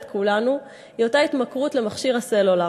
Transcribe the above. כולנו היא אותה התמכרות למכשיר הסלולר.